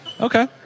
Okay